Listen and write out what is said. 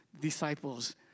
disciples